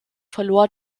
verlor